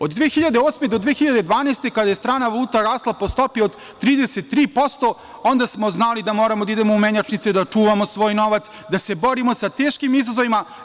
Od 2008. do 2012. godine, kada je strana valuta rasla po stopi od 33%, onda smo znali da moramo da idemo u menjačnice, da čuvamo svoj novac, da se borimo sa teškim izazovima.